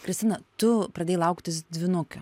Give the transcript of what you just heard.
kristina tu pradėjai lauktis dvynukių